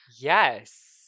Yes